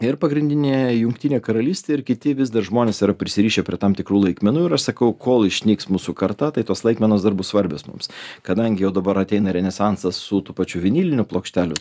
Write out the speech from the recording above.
ir pagrindinėje jungtinė karalystė ir kiti vis dar žmonės yra prisirišę prie tam tikrų laikmenų ir aš sakau kol išnyks mūsų karta tai tos laikmenos dar bus svarbios mums kadangi jau dabar ateina renesansas su tų pačių vinilinių plokštelių